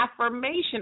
affirmation